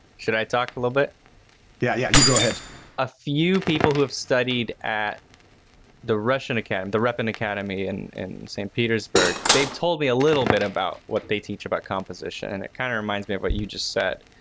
should i talk a little bit. marshall yeah, yeah, you go ahead. stan a few people who have studied at the russian academy, the repin academy and in st petersburg, they've told me a little bit about what they teach about composition and it kind of reminds me of what you just said.